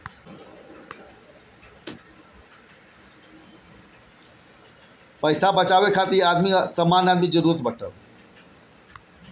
आपन कमाई के जरिआ से पईसा बचावेला अउर खर्चा करतबा